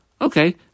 Okay